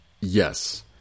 Yes